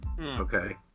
okay